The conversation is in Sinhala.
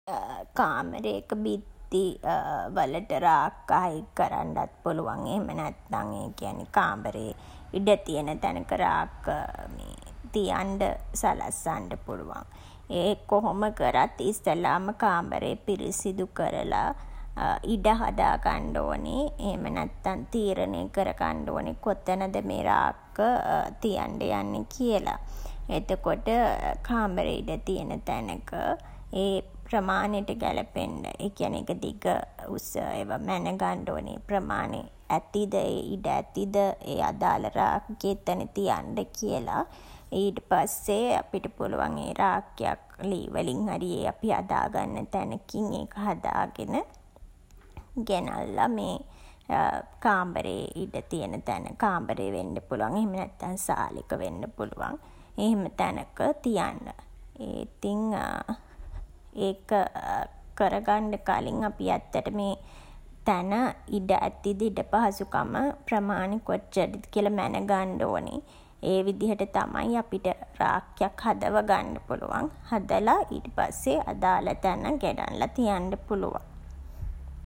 කාමරේක බිත්ති වලට රාක්ක හයි කරන්ඩත් පුළුවන් එහෙම නැත්තන් ඒ කියන්නේ කාමරේ ඉඩ තියෙන තැනක රාක්ක තියන්ඩ සලස්සන්ඩ පුළුවන්. ඒ කොහොම කරත් ඉස්සල්ලාම කාමරේ පිරිසිදු කරලා ඉඩ හදාගන්ඩ ඕනේ. එහෙම නැත්තන් තීරණය කරගන්ඩ ඕනේ කොතනද මේ රාක්ක තියන්ඩ යන්නේ කියලා. එතකොට කාමරේ ඉඩ තියන තැනක ඒ ප්‍රමාණෙට ගැළපෙන්න ඒ කියන්නේ ඒක දිග උස ඒවා මැනගන්ඩ ඕනෙ ප්‍රමාණෙ ඇතිද? ඒ ඉඩ ඇතිද? ඒ අදාළ රාක්කෙ එතන තියන්න කියලා. ඊට පස්සේ අපිට පුළුවන් ඒ රාක්කයක් ලී වලින් හරි අපි හදාගන්න තැනකින් හදාගෙන ගෙනල්ලා මේ කාමරේ ඉඩ තියන තැන කාමරේ වෙන්න පුළුවන් එහෙම නැත්තන් සාලෙක වෙන්න පුළුවන් එහෙම තැනක තියන්න. ඉතින් ඒක කරගන්ඩ කලින් අපි ඇත්තටම ඒ තැන ඉඩ ඇතිද ඉඩ පහසුකම ප්‍රමාණෙ කොච්චරද කියලා මැනගන්ඩ ඕනෙ. ඒ විදිහට තමයි අපිට රාක්කයක් හදව ගන්ඩ පුළුවන්. හදලා ඊට පස්සේ අදාළ තැන ගෙනල්ලා තියන්ඩ පුළුවන්.